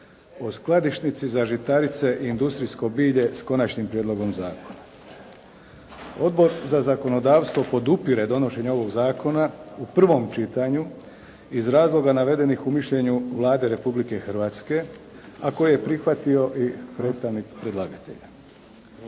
o skladišnici za žitarice i industrijsko bilje, s Konačnim prijedlogom zakona. Odbor za zakonodavstvo podupire donošenje ovog zakona u prvom čitanju iz razloga navedenih u mišljenju Vlade Republike Hrvatske, a koje je prihvatio i predstavnik predlagatelja.